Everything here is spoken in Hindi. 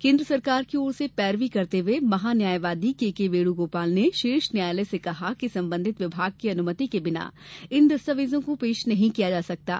केन्द्र सरकार की ओर से पैरवी करते हुए महान्यायवादी के के वेणुगोपाल ने शीर्ष न्यायालय से कहा कि सम्बन्धित विभाग की अनुमति के बिना इन दस्तावेजों को पेश नहीं किया जा सकता है